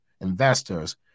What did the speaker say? investors